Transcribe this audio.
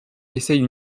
essaye